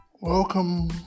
Welcome